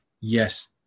yes